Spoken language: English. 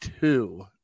two